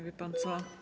Wie pan co.